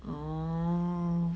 oh